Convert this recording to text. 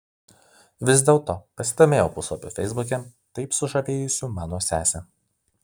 vis dėlto pasidomėjau puslapiu feisbuke taip sužavėjusiu mano sesę